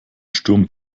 sturm